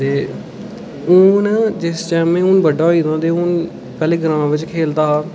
ते हून जिस टाइम में हून बड्डा होई दा ते हून खाल्ली ग्रांऽ बिच खेढदा हा